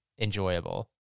enjoyable